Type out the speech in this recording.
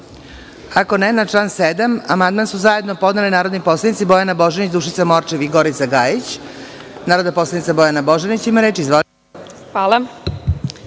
(Ne.)Na član 14. amandman su zajedno podnele narodni poslanici Bojana Božanić, Dušica Morčev i Gorica Gajić. Narodna poslanica Bojana Božanić ima reč.